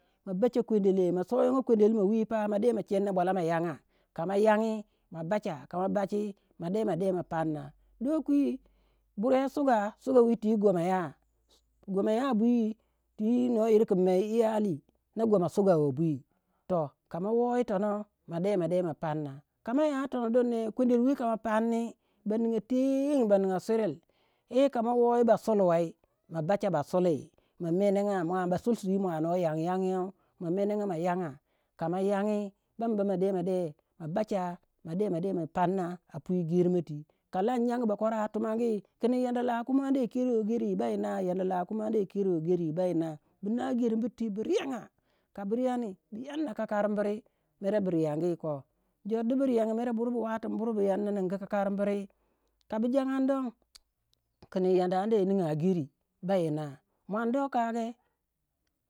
Ma bacha kwendele soyaga kwedel moh wi pa ma de ma chenna bwalau ma nyanga ka ma bacha kama bachi ma de ma panna doh kwi bure suga, suga wi twi gomaya goma ya bwi twi noyir kin mai iyali na goma sugawa bwi toh ka ma woyi tonah ma de ma de ma panna ka ma ya tonoh don ne kwedel wi ka ma panni ba ninga teng ba ninga swiril ye kama woyi basuli wei ma bacha basuli ma menega mua basuli sui mua no yangi yangi yoh ma menenga ma nyanga ka ma nyangi bam ba ma de ma bacha ma de ma pannah a pwi geri ma twi. Ka lan nyangu bakwara tumangi kin yi anda lah kumi anda kelo geri bayi na, yi anda lah kumi yi kelo geri bayi na. Bu na geri bir twi bu riyanga ka bu riyani ko jor du bu riyanga mere, bur bu watin bur bu yanna ningu kakari biri ka bu jagandi don kin in anda ana nyinga geri bayi nah muon dor kage.